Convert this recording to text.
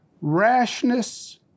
Rashness